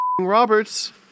Roberts